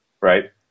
right